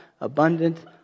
abundant